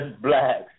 blacks